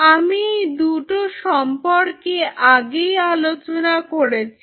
আমি এই দুটো সম্পর্কে আগেই আলোচনা করেছি